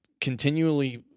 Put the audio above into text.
continually